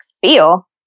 feel